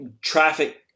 traffic